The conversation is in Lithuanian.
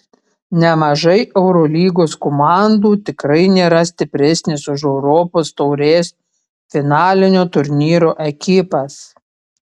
nemažai eurolygos komandų tikrai nėra stipresnės už europos taurės finalinio turnyro ekipas